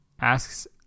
Asks